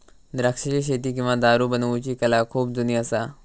द्राक्षाची शेती किंवा दारू बनवुची कला खुप जुनी असा